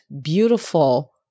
beautiful